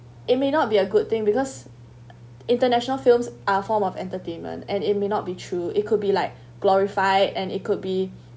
it may not be a good thing because international films are form of entertainment and it may not be true it could be like glorify and it could be